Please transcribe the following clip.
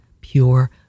pure